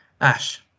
Ash